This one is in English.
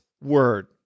Word